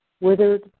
withered